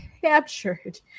captured